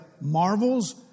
marvels